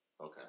Okay